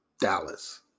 Dallas